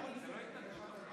הכול בסדר.